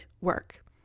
work